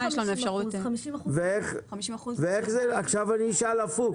עכשיו אני אשאל הפוך.